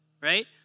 right